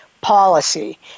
Policy